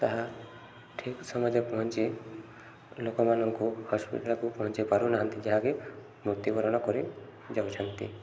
ତାହା ଠିକ୍ ସମୟରେ ପହଞ୍ଚି ଲୋକମାନଙ୍କୁ ହସ୍ପିଟାଲକୁ ପହଞ୍ଚାଇ ପାରୁ ନାହାନ୍ତି ଯାହାକି ମୃତ୍ୟୁବରଣ କରି ଯାଉଛନ୍ତି